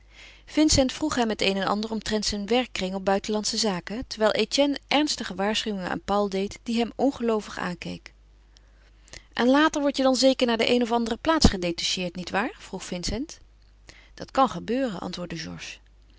vincent vroeg hem het een en ander omtrent zijn werkkring op buitenlandsche zaken terwijl etienne ernstige waarschuwingen aan paul deed die hem ongeloovig aankeek en later wordt je dan zeker naar de een of andere plaats gedetacheerd nietwaar vroeg vincent dat kan gebeuren antwoordde